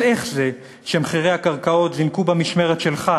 אז איך זה שמחירי הקרקעות זינקו במשמרת שלך